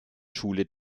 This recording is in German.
schule